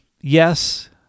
yes